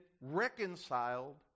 reconciled